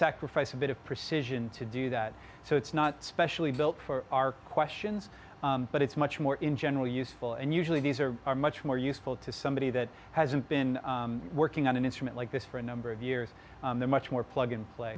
sacrifice a bit of precision to do that so it's not specially built for our questions but it's much more in general useful and usually these are are much more useful to somebody that hasn't been working on an instrument like this for a number of years they're much more plug and play